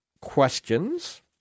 questions